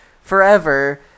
forever